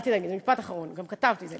אל תדאגי, זה משפט אחרון, גם כתבתי את זה.